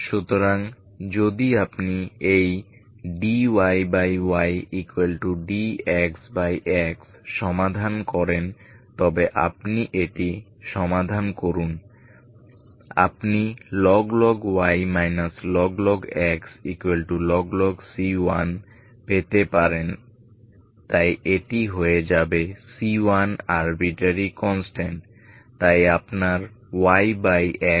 সুতরাং যদি আপনি এই dyydxx সমাধান করেন তবে আপনি এটি সমাধান করুন আপনিlog y log x log c1 পেতে পারেন তাই এটি হয়ে যাবে c1 আরবিট্রারি কনস্ট্যান্ট তাই আপনার yxc1আছে